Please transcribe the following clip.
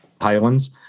Highlands